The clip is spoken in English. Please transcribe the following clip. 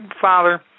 Father